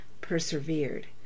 persevered